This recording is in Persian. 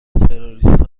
تروریست